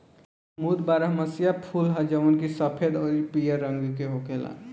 कुमुद बारहमसीया फूल ह जवन की सफेद अउरी पियर रंग के होखेला